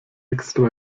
extra